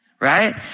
right